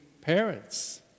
parents